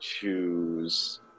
choose